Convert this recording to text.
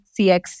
CX